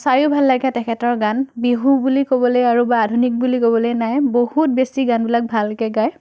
চায়ো ভাল লাগে তেখেতৰ গান বিহু বুলি ক'বলৈ আৰু বা আধুনিক বুলি ক'বলৈ নাই বহুত বেছি গানবিলাক ভালকৈ গায়